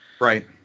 right